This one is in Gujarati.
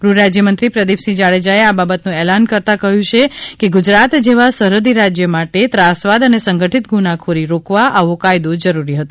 ગૃહરાજયમંત્રી પ્રદીપસિંહ જાડેજાએ આ બાબતનુ એલાન કરતા કહ્યુ છ કે ગ્રુજરાત જેવા સરહદી રાજય માટે ત્રાસવાદ અને સંગઠીત ગ્રુનાખોરી રોકવા આવો કાયદો જરૂરી હતો